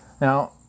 Now